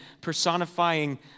personifying